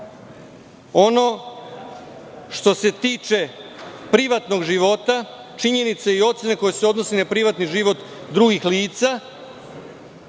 ono što se tiče privatnog života, činjenica i ocene koje se odnose na privatni život drugih lica,